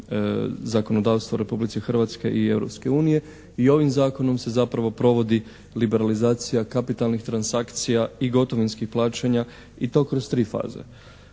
zakonodavstva Republike Hrvatske i Europske unije i ovim zakonom se zapravo provodi liberalizacija kapitalnih transakcija i gotovinskih plaćanja i to kroz tri faze.